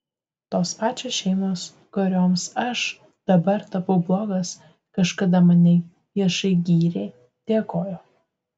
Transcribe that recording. tos pačios šeimos kurioms aš dabar tapau blogas kažkada mane viešai gyrė dėkojo